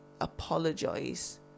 apologise